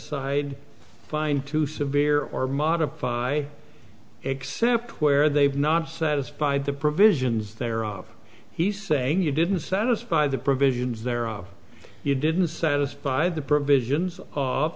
side fine to severe or modify except where they've not satisfied the provisions thereof he's saying you didn't satisfy the provisions there are you didn't satisfy the provisions of